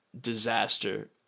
disaster